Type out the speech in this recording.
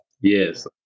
Yes